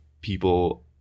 people